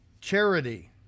Charity